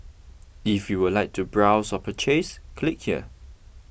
if you would like to browse or purchase click here